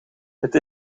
het